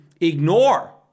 ignore